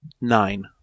nine